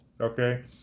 Okay